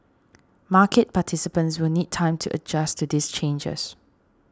market participants will need time to adjust to these changes